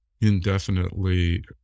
indefinitely